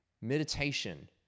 Meditation